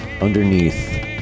underneath